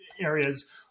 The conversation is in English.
areas